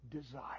desire